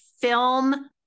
film